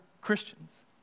Christians